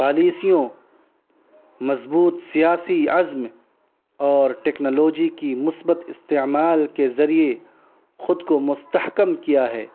پالیسیوں مضبوط سیاسی عزم اور ٹیکنالوجی کی مثبت استعمال کے ذریعے خود کو مستحکم کیا ہے